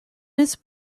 his